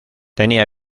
tenía